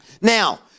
Now